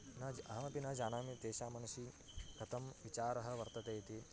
न जा अहमपि न जानामि तेषां मनसि कथं विचारः वर्तते इति